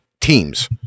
teams